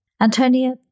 Antonia